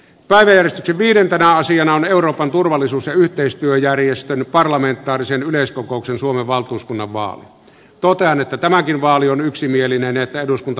kaiverti viidentenä asian on euroopan turvallisuus ja yhteistyöjärjestön parlamentaarisen yleiskokouksen suomen valtuuskunnan vaali tuo tähän että tämäkin vaali on jäseniksi ja varajäseniksi seuraavat edustajat